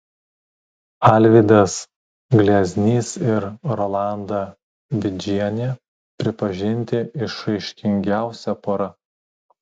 alvydas gleznys ir rolanda vidžienė pripažinti išraiškingiausia pora